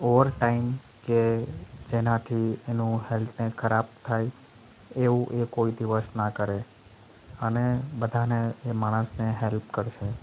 over time કે જેનાથી એનું હેલ્થને ખરાબ થાય એવું એ કોઈ દિવસ ના કરે અને બધાને એ માણસને હેલ્પ કરશે